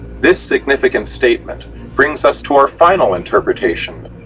this significant statement brings us to our final interpretation,